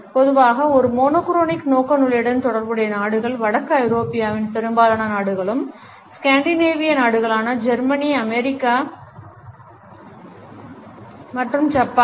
பொதுவாக ஒரு mono chronic நோக்குநிலையுடன் தொடர்புடைய நாடுகள் வடக்கு ஐரோப்பாவின் பெரும்பாலான நாடுகளாகும் ஸ்காண்டிநேவிய நாடுகளான ஜெர்மனி அமெரிக்கா மற்றும் ஜப்பான்